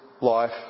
life